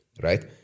right